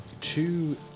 two